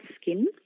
skin